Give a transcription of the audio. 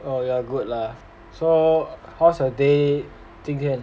oh you are good lah so how's your day 今天